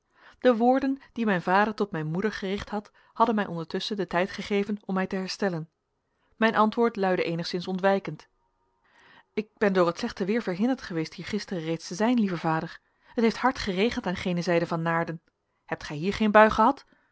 de woorden die mijn vader tot mijn moeder gericht had hadden mij ondertusschen den tijd gegeven om mij te herstellen mijn antwoord luidde eenigszins ontwijkend ik ben door het slechte weer verhinderd geweest hier gisteren reeds te zijn lieve vader het heeft hard geregend aan gene zijde van naarden hebt gij hier geen bui gehad